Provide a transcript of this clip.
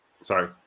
sorry